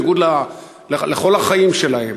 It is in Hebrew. בניגוד לכל החיים שלהם,